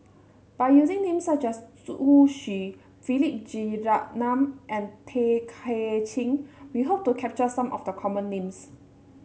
by using names such as Zhu Xu Philip Jeyaretnam and Tay Kay Chin we hope to capture some of the common names